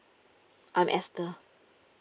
I'm esther